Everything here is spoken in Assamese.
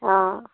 অ